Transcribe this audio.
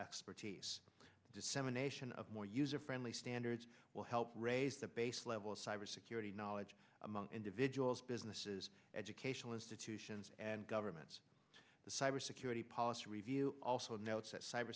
expertise dissemination of more user friendly standards will help raise the base level of cybersecurity knowledge among individuals businesses educational institutions and governments the cybersecurity policy review also notes that cyber